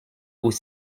aux